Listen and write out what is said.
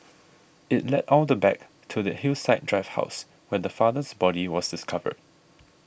it led all the back to the Hillside Drive house where the father's body was discovered